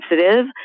sensitive